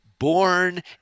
born